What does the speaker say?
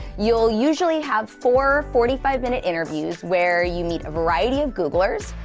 you'll usually have four forty five minute interviews where you meet a variety of googlers,